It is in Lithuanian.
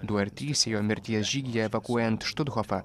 du ar trys ėjo mirties žygyje evakuojant štuthofą